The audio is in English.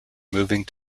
moving